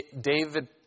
David